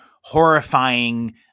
horrifying